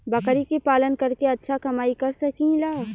बकरी के पालन करके अच्छा कमाई कर सकीं ला?